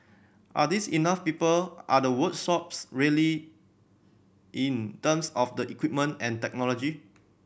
are these enough people are the works sops ready in terms of the equipment and technology